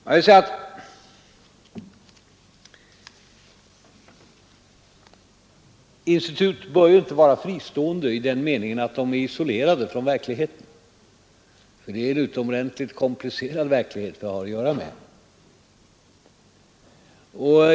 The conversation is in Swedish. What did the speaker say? Men institut bör inte vara fristående i den meningen att de är isolerade från verkligheten, för det är en utomordentligt komplicerad verklighet vi har att göra med.